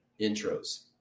intros